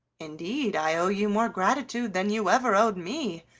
indeed, i owe you more gratitude than you ever owed me,